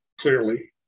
clearly